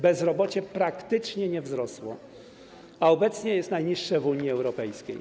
Bezrobocie praktycznie nie wzrosło, a obecnie jest najniższe w Unii Europejskiej.